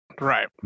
right